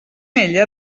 ella